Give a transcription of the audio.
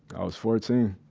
i was fourteen